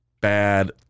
bad